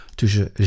tussen